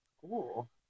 cool